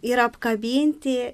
ir apkabinti